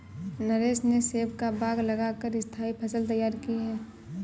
नरेश ने सेब का बाग लगा कर स्थाई फसल तैयार की है